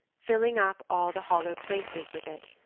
filling up all the hollow places with it.